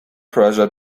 pressure